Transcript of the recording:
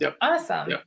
awesome